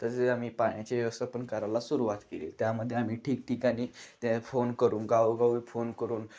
तसेच आम्ही पाण्याची व्यवस्थापन करायला सुरुवात केली त्यामध्ये आम्ही ठिकठिकाणी ते फोन करून गावोगावी फोन करून